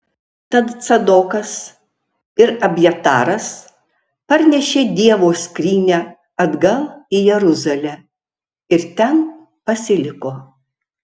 tad cadokas ir abjataras parnešė dievo skrynią atgal į jeruzalę ir ten pasiliko